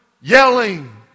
Yelling